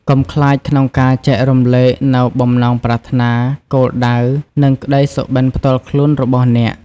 កុំខ្លាចក្នុងការចែករំលែកនូវបំណងប្រាថ្នា គោលដៅ និងក្ដីសុបិន្តផ្ទាល់ខ្លួនរបស់អ្នក។